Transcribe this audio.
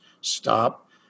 stop